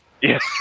Yes